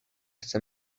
chce